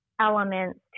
elements